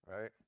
right